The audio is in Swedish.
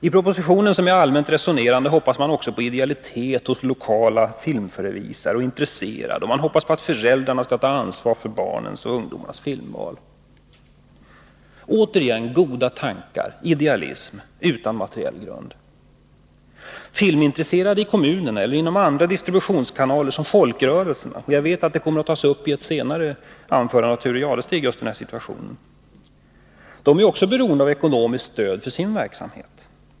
I propositionen, som är allmänt resonerande, hoppas man också på idealitet hos lokala filmförevisare och intresserade, och man hoppas att föräldrarna skall ta ansvar för barnens och ungdomarnas filmval. Det är — återigen — goda tankar och idealism utan materiell grund. Filmintresserade i kommunerna eller inom t.ex. folkrörelserna — jag vet att detta kommer att tas upp av Thure Jadestig i ett senare anförande — är också beroende av ekonomiskt stöd för sin verksamhet.